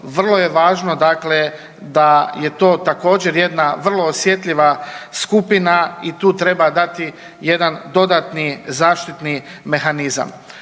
Vrlo je važno da je to također jedna vrlo osjetljiva skupina i tu treba dati jedan dodatni zaštitni mehanizam.